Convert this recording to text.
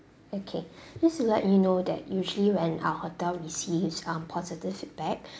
okay just to let you know that usually when our hotel receives um positive feedback